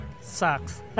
sucks